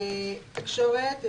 תקשורת,